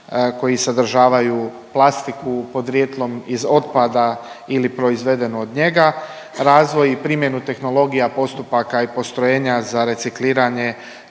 koji sadržavaju plastiku podrijetlom iz otpada ili proizvedenu od njega, razvoj i primjenu tehnologija postupaka i postrojenja za recikliranje